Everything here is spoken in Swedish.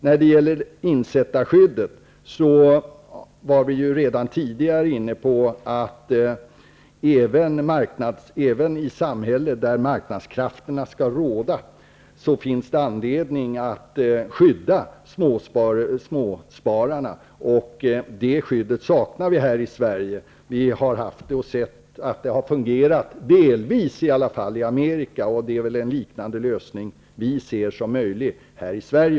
När det gäller insättarskyddet var vi redan tidigare inne på att det även i ett samhälle där marknadskrafterna skall råda finns anledning att skydda småspararna. Det skyddet saknar vi här i Sverige. Vi har sett att det har fungerat delvis i Amerika. Vi ser en liknande lösning som möjlig också här i Sverige.